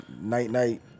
night-night